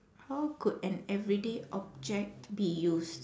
how could an everyday object be used